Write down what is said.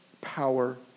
power